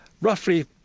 roughly